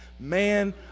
Man